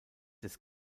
des